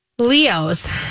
Leo's